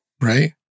Right